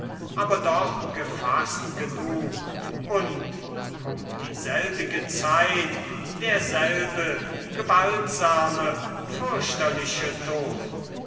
aber doch gefaßt genug und um dieselbige zeit derselbe gewaltsame fürchterliche ton